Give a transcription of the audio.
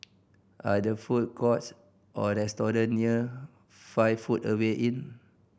are there food courts or restaurant near Five Footway Inn